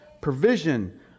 provision